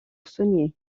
saunier